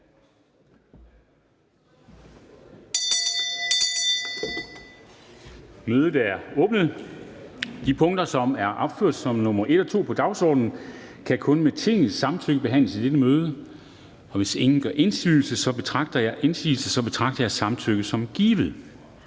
Kristensen): De punkter, som er opført som nr. 1 og 2 på dagsordenen, kan kun med Tingets samtykke behandles i dette møde. Hvis ingen gør indsigelse, betragter jeg samtykket som givet.